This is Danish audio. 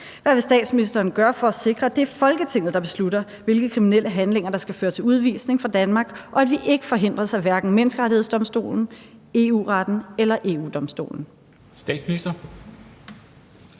Hvad vil statsministeren gøre for at sikre, at det er Folketinget, der beslutter, hvilke kriminelle handlinger der skal føre til udvisning fra Danmark, og at vi hverken forhindres af Menneskerettighedsdomstolen, EU-retten eller EU-Domstolen?